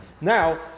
Now